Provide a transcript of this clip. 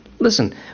Listen